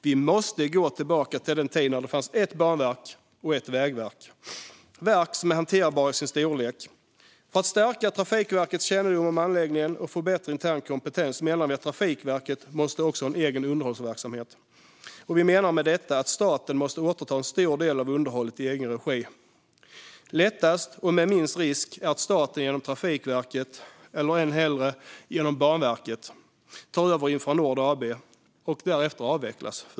Vi måste gå tillbaka till den tid när det fanns ett banverk och ett vägverk, verk som är hanterbara i sin storlek. För att stärka Trafikverkets kännedom om anläggningen och få bättre intern kompetens menar vi att Trafikverket måste ha en egen underhållsverksamhet. Vi menar med detta att staten måste återta en stor del av underhållet i egen regi. Det vore lättast och innebär minst risk att staten genom Trafikverket eller, ännu hellre, genom Banverket tar över Infranord AB och att företaget därefter avvecklas.